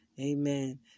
Amen